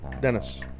Dennis